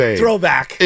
throwback